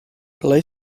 play